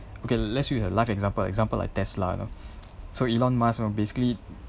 okay let's use an life example example like Tesla you know so elon musk know basically